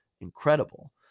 incredible